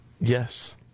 yes